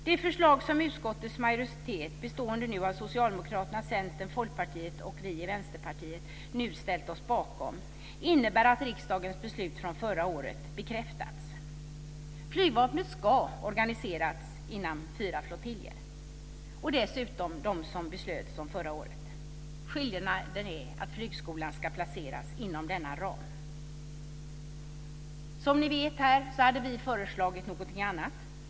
Det förslag som utskottets majoritet, bestående av Socialdemokraterna, Centern, Folkpartiet och oss i Vänsterpartiet, nu ställt sig bakom innebär att riksdagens beslut från förra året bekräftas. Flygvapnet ska organiseras inom fyra flottiljer, de som beslutades förra året. Skillnaden är att flygskolan ska placeras inom denna ram. Som ni vet hade vi föreslagit någonting annat.